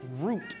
root